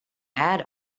add